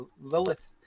lilith